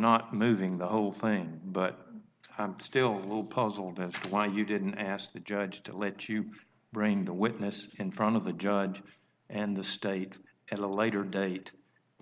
not moving the whole thing but i'm still a little puzzled that's why you didn't ask the judge to let you bring the witnesses in front of the judge and the state at a later date